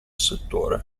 settore